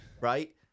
right